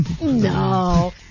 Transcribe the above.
No